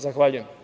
Zahvaljujem.